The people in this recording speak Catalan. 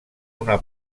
una